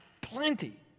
plenty